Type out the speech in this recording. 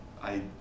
I-